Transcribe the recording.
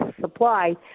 supply